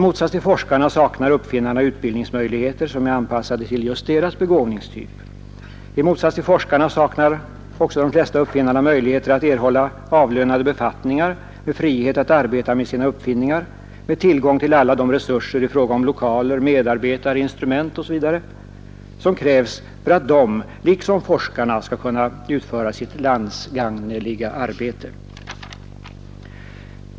I motsats till forskarna saknar uppfinnarna utbildningsmöjligheter anpassade till deras begåvningstyp. I motsats till forskarna saknar också de flesta uppfinnare möjligheter att erhålla avlönade befattningar med frihet att arbeta med sina uppfinningar, med tillgång till alla de resurser i fråga om lokaler, medarbetare, instrument etc. som krävs för att de liksom forskarna skall kunna utföra sitt landsgagneliga arbete.